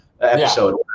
episode